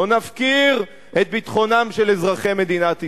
לא נפקיר את ביטחונם של אזרחי מדינת ישראל.